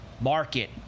Market